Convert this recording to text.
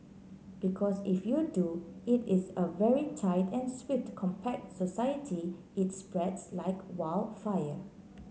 because if you do it is a very tight and swift compact society it spreads like wild fire